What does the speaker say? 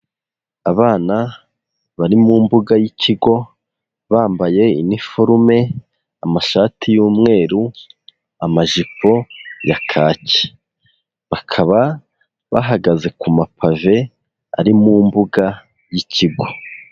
Abana bari mu mbuga y'ikigo, bambaye iniforume, amashati y'umweru, amajipo ya kaki, bakaba bahagaze ku mapave, ari mu mbuga y'ikigo.